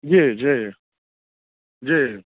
जी जी जी